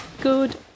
Good